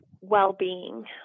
well-being